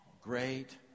great